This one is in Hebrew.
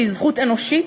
שהיא זכות אנושית.